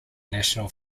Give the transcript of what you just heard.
national